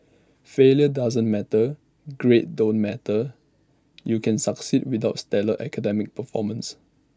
failure doesn't matter grades don't matter you can succeed without stellar academic performance